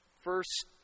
first